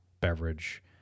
beverage